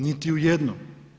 Niti u jednom.